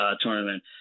Tournament